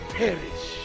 perish